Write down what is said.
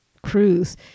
cruise